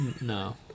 No